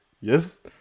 yes